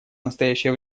настоящее